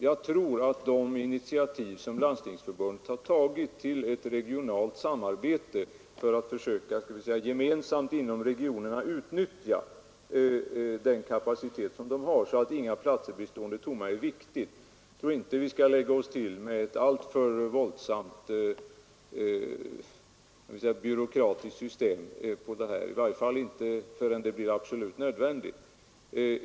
Jag tror att det initiativ som Landstingsförbundet har tagit till ett regionalt samarbete för att försöka åstadkomma att man gemensamt inom regionerna utnyttjar den kapacitet som finns så att inga platser blir stående tomma är av värde. Jag tror inte att vi skall lägga oss till med ett alltför våldsamt byråkratiskt system, i varje fall inte förrän det blir absolut nödvändigt.